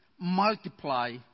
multiply